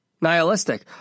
nihilistic